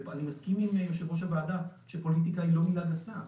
אסכים עם יושב-ראש הוועדה שפוליטיקה היא לא מילה גסה,